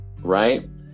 right